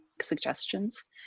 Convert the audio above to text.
suggestions